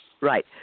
Right